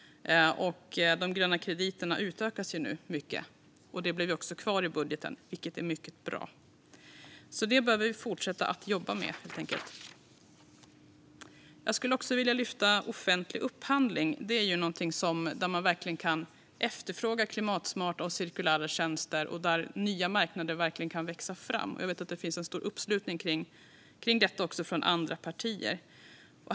De gröna krediterna utökas nu mycket. De blev också kvar i budgeten, vilket är mycket bra. Detta behöver vi alltså fortsätta att jobba med. Jag vill också lyfta fram offentlig upphandling. Där kan man verkligen efterfråga klimatsmarta och cirkulära tjänster, och nya marknader kan verkligen växa fram. Jag vet att det finns en stor uppslutning kring detta också från andra partier.